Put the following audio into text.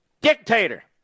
Dictator